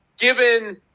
given